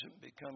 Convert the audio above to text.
become